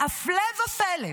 והפלא ופלא,